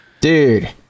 dude